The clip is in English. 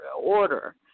order